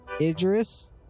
Idris